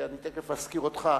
ואני תיכף אזכיר אותך,